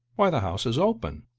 why the house is open!